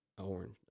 orange